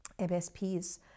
MSPs